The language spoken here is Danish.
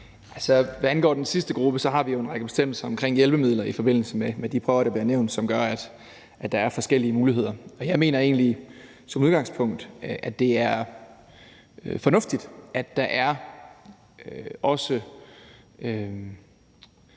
hvad angår den sidste gruppe, har vi jo en række bestemmelser omkring hjælpemidler i forbindelse med de prøver, der bliver nævnt, som gør, at der er forskellige muligheder. Her mener jeg egentlig som udgangspunkt, at det er fornuftigt, at der også